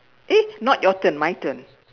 eh not your turn my turn